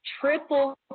triple